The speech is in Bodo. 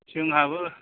जोंहाबो